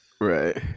Right